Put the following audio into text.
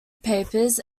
papers